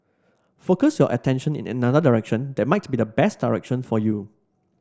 focus your attention in another direction that might be the best direction for you